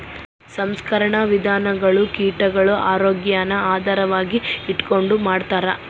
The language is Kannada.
ಸಂಸ್ಕರಣಾ ವಿಧಾನಗುಳು ಕೀಟಗುಳ ಆರೋಗ್ಯಾನ ಆಧಾರವಾಗಿ ಇಟಗಂಡು ಮಾಡ್ತಾರ